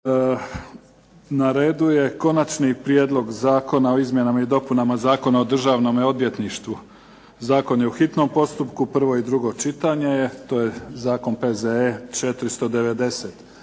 Na redu je - Konačni prijedlog Zakona o izmjenama i dopunama Zakona o Državnome odvjetništvu, hitni postupak, prvo i drugo čitanje, P.Z.E. br. 490